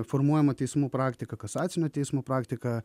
formuojama teismų praktika kasacinio teismo praktika